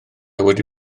wedi